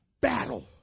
battle